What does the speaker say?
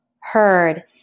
heard